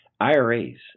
IRAs